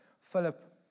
Philip